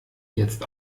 jetzt